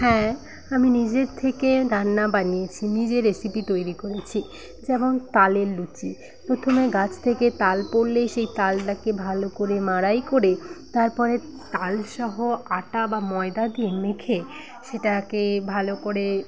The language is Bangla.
হ্যাঁ আমি নিজের থেকে রান্না বানিয়েছি নিজে রেসিপি তৈরি করেছি যেমন তালের লুচি প্রথমে গাছ থেকে তাল পড়লেই সেই তালটাকে ভালো করে মাড়াই করে তারপরে তাল সহ আটা বা ময়দা দিয়ে মেখে সেটাকে ভালো করে